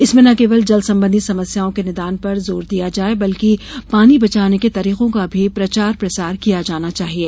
इसमें न केवल जल संबंधी समस्याओं के निदान पर जोर दिया जाए बल्कि पानी बचाने के तरिकों का भी प्रचार प्रसार किया जाना चाहिये